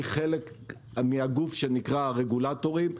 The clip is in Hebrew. אני הגוף שנקרא הרגולטורים.